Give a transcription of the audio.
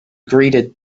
greeted